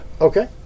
Okay